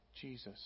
Jesus